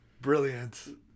Brilliant